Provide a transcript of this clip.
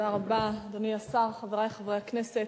תודה רבה, אדוני השר, חברי חברי הכנסת,